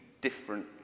different